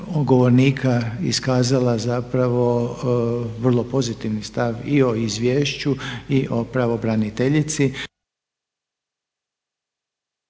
govornika iskazala zapravo vrlo pozitivni stav i o izvješću i o pravobraniteljici.